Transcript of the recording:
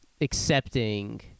accepting